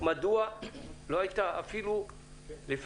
מדוע לא הייתה אפילו שומה ראשונית,